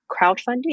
crowdfunding